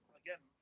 again